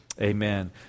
Amen